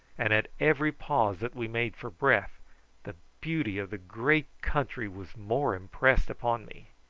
and at every pause that we made for breath the beauty of the great country was more impressed upon me.